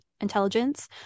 intelligence